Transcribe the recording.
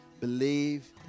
Believe